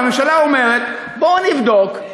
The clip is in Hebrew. הממשלה אומרת: בואו נבדוק,